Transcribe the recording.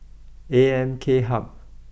A M K Hub